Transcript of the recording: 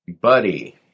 buddy